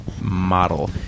model